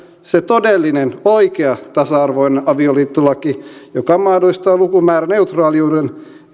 se todellinen oikea tasa arvoinen avioliittolaki joka mahdollistaa lukumääräneutraaliuden